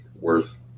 worth